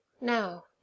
Now